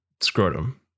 scrotum